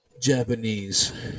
Japanese